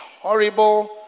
horrible